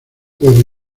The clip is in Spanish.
puede